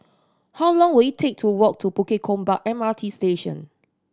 how long will it take to walk to Bukit Gombak M R T Station